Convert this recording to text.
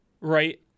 Right